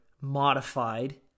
Modified